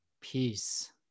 Peace